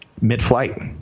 mid-flight